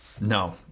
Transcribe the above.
no